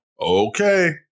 Okay